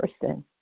person